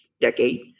decade